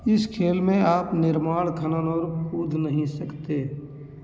इस खेल में आप निर्माण खनन और कूद नहीं सकते